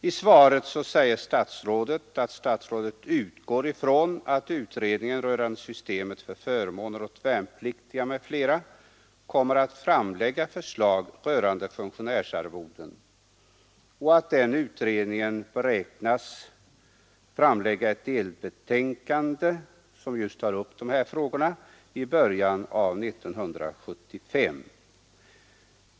I svaret säger statsrådet att han utgår ifrån att utredningen rörande systemet för förmåner åt värnpliktiga m.fl. kommer att framlägga förslag rörande funktionärsarvoden och att den utredningen beräknas framlägga ett delbetänkande, som just tar upp dessa frågor, i början av 1975.